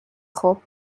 خوب